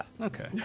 Okay